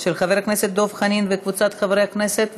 של חבר הכנסת דב חנין וקבוצת חברי הכנסת.